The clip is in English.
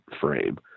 frame